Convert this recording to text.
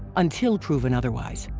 until proven otherwise.